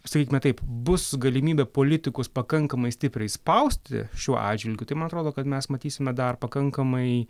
sakykime taip bus galimybė politikus pakankamai stipriai spausti šiuo atžvilgiu tai man atrodo kad mes matysime dar pakankamai